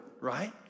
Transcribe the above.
right